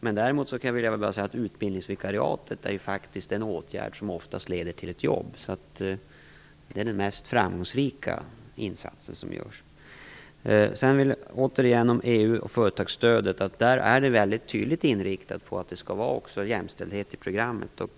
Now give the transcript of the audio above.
Men utbildningsvikariatet är faktiskt en åtgärd som oftast leder till ett jobb, så det är den mest framgångsrika insats som görs. Återigen om EU och företagsstödet: Det är väldigt tydligt inriktat på att jämställdhet skall ingå i programmet.